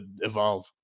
evolve